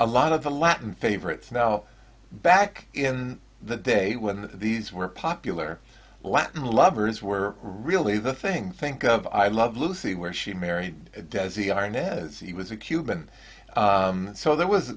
a lot of the latin favorites now back in the day when these were popular latin lovers were really the thing think of i love lucy where she married desi arnaz he was a cuban so there was